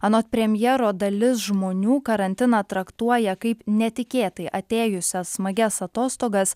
anot premjero dalis žmonių karantiną traktuoja kaip netikėtai atėjusias smagias atostogas